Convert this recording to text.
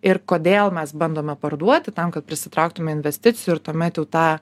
ir kodėl mes bandome parduoti tam kad prisitrauktume investicijų ir tuomet jau tą